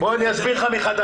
בוא אני אסביר לך מחדש.